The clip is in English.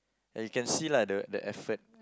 you can see lah the the effort